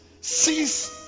sees